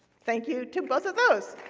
thank you to both of those.